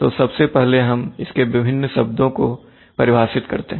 तो सबसे पहले हम इसके विभिन्न शब्दों को परिभाषित करते हैं